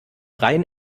rhein